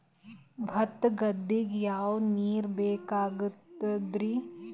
ಭತ್ತ ಗದ್ದಿಗ ಯಾವ ನೀರ್ ಬೇಕಾಗತದರೀ?